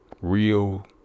real